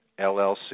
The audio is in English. LLC